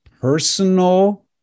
personal